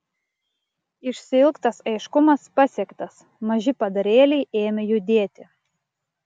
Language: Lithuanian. išsiilgtas aiškumas pasiektas maži padarėliai ėmė judėti